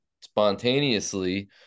spontaneously